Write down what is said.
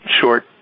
short